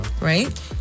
right